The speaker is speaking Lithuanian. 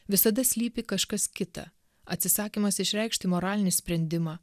visada slypi kažkas kita atsisakymas išreikšti moralinį sprendimą